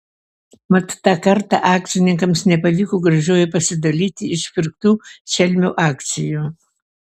mat tą kartą akcininkams nepavyko gražiuoju pasidalyti išpirktų šelmio akcijų